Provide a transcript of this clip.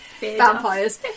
Vampires